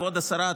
כבוד השרה,